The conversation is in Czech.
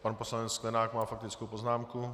Pan poslanec Sklenák má faktickou poznámku.